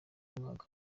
mwaka